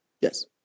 Yes